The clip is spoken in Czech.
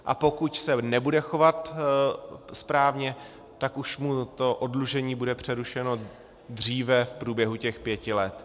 A pokud se nebude chovat správně, tak už mu to oddlužení bude přerušeno dříve v průběhu těch pěti let.